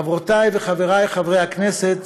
חברותי וחברי חברי הכנסת,